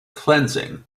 cleansing